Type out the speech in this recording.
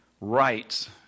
rights